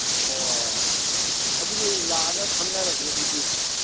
ꯑꯣ ꯑꯗꯨꯗꯤ ꯂꯥꯛꯑꯒ ꯈꯪꯅꯔꯁꯤ ꯑꯗꯨꯗꯤ